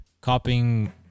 copying